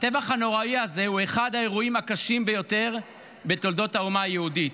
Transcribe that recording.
הטבח הנוראי הזה הוא אחד האירועים הקשים ביותר בתולדות האומה היהודית.